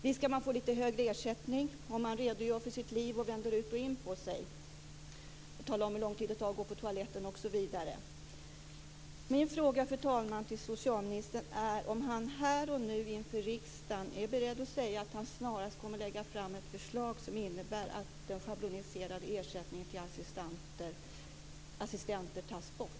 Visst kan man få lite högre ersättning om man redogör för sitt liv, vänder ut och in på sig och talar om hur lång tid det tar att gå på toaletten, osv. Min fråga, fru talman, till socialministern är om han här och nu inför riksdagen är beredd att säga att han snarast kommer att lägga fram ett förslag som innebär att den schabloniserade ersättningen till assistenter tas bort.